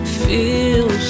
feel